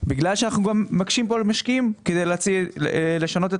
בגלל שאנחנו גם מקשים על משקיעים כדי לשנות את